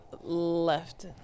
Left